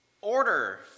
order